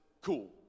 Cool